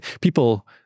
people